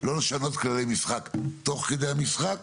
לא לשנות כללי משחק תוך כדי המשחק,